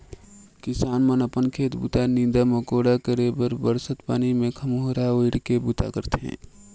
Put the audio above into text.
किसान मन अपन खेत बूता, नीदा मकोड़ा करे बर बरसत पानी मे खोम्हरा ओएढ़ के बूता करथे